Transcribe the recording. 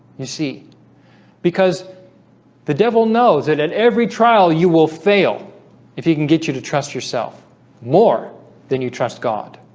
you see because the devil knows that at every trial you will fail if you can get you to trust yourself more than you trust god